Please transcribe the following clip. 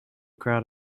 crowd